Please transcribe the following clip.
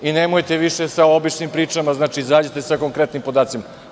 Nemojte više sa običnim pričama, znači izađite sa konkretnim podacima.